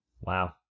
Wow